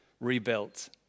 rebuilt